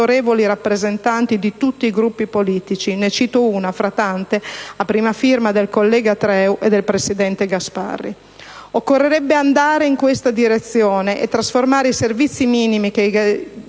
autorevoli rappresentanti di tutti i Gruppi politici. Ne cito una, fra tante, a prima firma del senatore Treu e del presidente Gasparri. Occorrerebbe andare in questa direzione e trasformare i servizi minimi che i